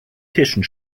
tischen